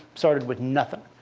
started with nothing.